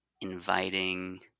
inviting